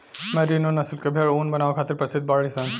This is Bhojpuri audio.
मैरिनो नस्ल के भेड़ ऊन बनावे खातिर प्रसिद्ध बाड़ीसन